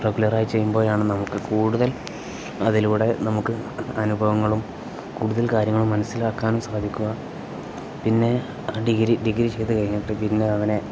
regular ആയി ചെയ്യുമ്പോഴാണ് നമുക്ക് കൂടുതൽ അതിലൂടെ നമുക്ക് അനുഭവങ്ങളും കൂടുതൽ കാര്യങ്ങളും മനസ്സിലാക്കാനും സാധിക്കുക പിന്നെ ആ ഡിഗ്രി ഡിഗ്രി ചെയ്ത് കഴിഞ്ഞിട്ട് പിന്നെ അവനെ